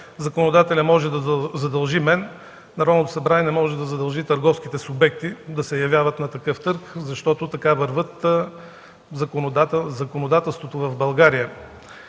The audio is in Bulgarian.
законодателят, може да задължи мен, не може да задължи търговските субекти да се явяват на такъв търг, защото така върви законодателството в България.